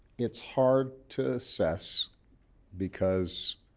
it's hard to assess because